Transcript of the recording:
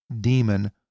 demon